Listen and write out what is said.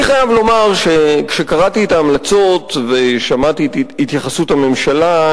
אני חייב לומר שכשקראתי את ההמלצות ושמעתי את התייחסות הממשלה,